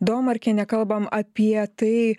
domarkiene kalbam apie tai